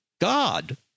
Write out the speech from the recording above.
God